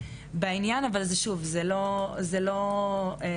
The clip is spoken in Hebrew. וזה לא מונע מקרים כאלה מלחזור על עצמם,